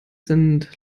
sind